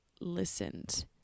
listened